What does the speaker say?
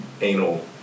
anal